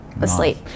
asleep